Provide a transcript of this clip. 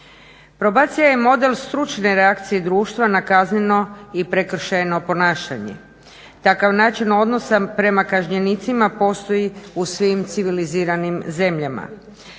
Probacija je model stručne reakcije društva na kazneno i prekršajno ponašanje. Takav način odnosa prema kažnjenicima postoji u svim civiliziranim zemljama.